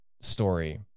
story